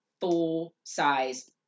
full-size